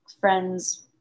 friends